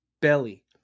belly